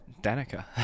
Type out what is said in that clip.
Danica